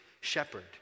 shepherd